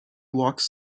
walked